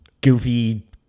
goofy